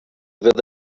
log